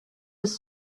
bis